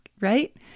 right